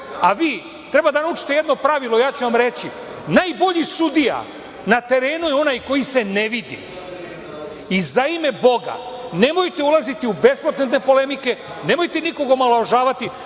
a vi treba da naučite jedno pravilo, ja ću vam reći. Najbolji sudija na terenu je onaj koji se ne vidi i za ime Boga nemojte ulaziti u bespotrebne polemike, nemojte nikoga omalovažavati.